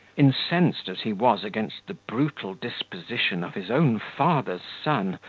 incensed as he was against the brutal disposition of his own father's son,